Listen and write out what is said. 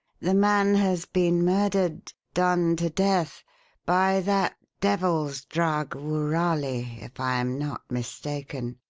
the man has been murdered done to death by that devil's drug woorali, if i am not mistaken.